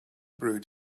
brewed